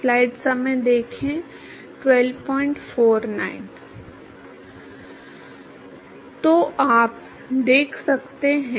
तो निश्चित रूप से यह गैर रेखीय है जो रैखिक समीकरण नहीं है और यह आश्चर्य की बात नहीं है और हमें वैसे भी गैर रैखिक समीकरण के लिए रैखिक समीकरण नहीं मिलने वाला है